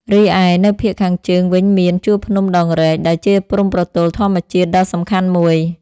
រីឯនៅភាគខាងជើងវិញមាន ជួរភ្នំដងរែក ដែលជាព្រំប្រទល់ធម្មជាតិដ៏សំខាន់មួយ។